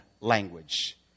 language